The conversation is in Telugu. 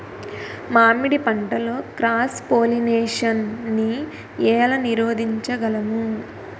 మామిడి పంటలో క్రాస్ పోలినేషన్ నీ ఏల నీరోధించగలము?